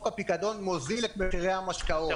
חוק הפיקדון מוזיל את מחירי המשקאות.